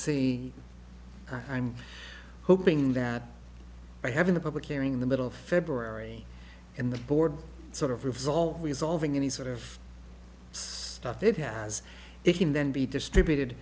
see i'm hoping that by having the public hearing in the middle of february in the board sort of result resolving any sort of stuff that has it can then be distributed